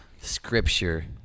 scripture